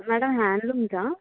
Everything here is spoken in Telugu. మేడం హ్యాండ్లూమ్సా